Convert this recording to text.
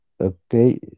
okay